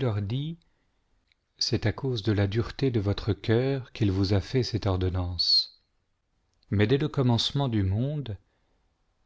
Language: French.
leur dit cest à cause de la dureté de votre cœur quil vous a fait cette ordonnance mais dès le commencement du monde